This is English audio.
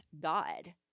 God